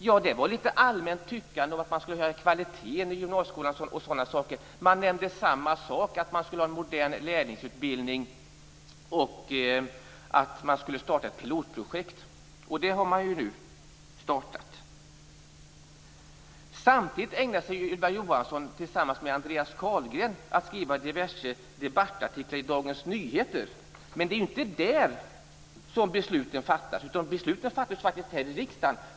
Jo, litet allmänt tyckande om att kvaliteten i gymnasieskolan skulle höjas. Man nämnde samma sak, att man ville ha en modern lärlingsutbildning och att man skulle starta ett pilotprojekt. Det har nu också startats. Samtidigt ägnar sig Ylva Johansson tillsammans med Andreas Carlgren åt att skriva diverse debattartiklar i Dagens Nyheter. Men det är ju inte där som besluten fattas. De fattas faktiskt här i riksdagen.